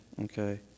Okay